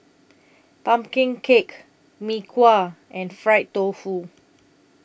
Pumpkin Cake Mee Kuah and Fried Tofu